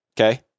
Okay